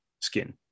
skin